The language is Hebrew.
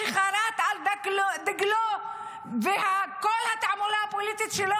שחרת על דגלו וכל התעמולה הפוליטית שלו